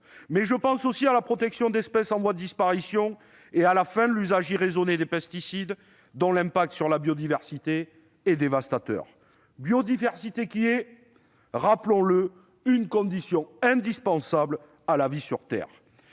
mais je pense aussi à la protection d'espèces en voie de disparition et à la fin de l'usage irraisonné des pesticides dont l'impact sur la biodiversité est dévastateur. Rappelons que la biodiversité est une condition indispensable de la vie sur Terre.